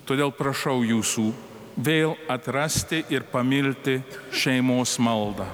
todėl prašau jūsų vėl atrasti ir pamilti šeimos maldą